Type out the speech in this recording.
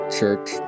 Church